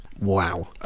Wow